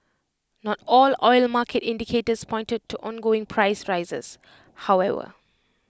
not all oil market indicators pointed to ongoing price rises however